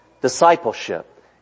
Discipleship